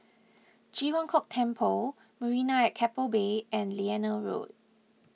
Ji Huang Kok Temple Marina at Keppel Bay and Liane Road